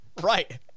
Right